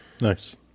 nice